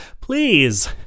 Please